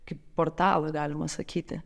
kaip portalą galima sakyti